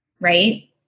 right